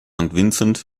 vincent